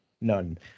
None